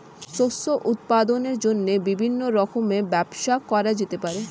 শস্য উৎপাদনের জন্য বিভিন্ন রকমের ব্যবস্থা করা যেতে পারে